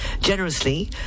generously